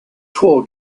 tour